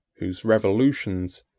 whose revolutions,